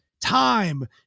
time